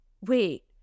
wait